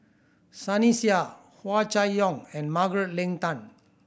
Sunny Sia Hua Chai Yong and Margaret Leng Tan